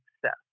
success